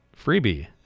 freebie